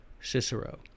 Cicero